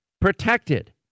protected